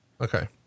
Okay